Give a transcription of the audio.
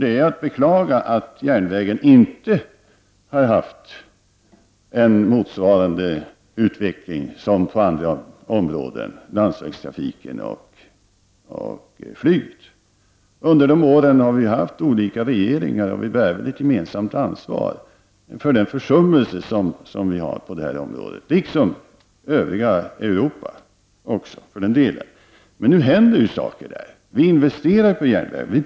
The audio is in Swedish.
Det är att beklaga att järnvägen inte har haft en utveckling motsvarande den som varit på andra områden. Jag tänker då på landsvägstrafiken och flyget. Men under nämnda år har det ju varit olika regeringar. Vi har väl ett gemensamt ansvar för försummelsen på detta område. Men det gäller för den delen också övriga Eurpa. Nu händer dock saker. Vi investerar ju på järnvägens område.